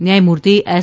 ન્યાયમૂર્તિ એસ